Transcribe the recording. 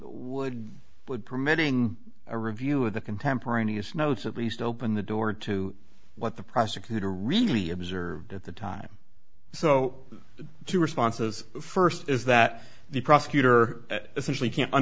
would would permitting a review of the contemporaneous notes at least open the door to what the prosecutor really observed at the time so the two responses first is that the prosecutor essentially ca